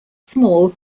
small